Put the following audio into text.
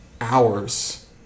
hours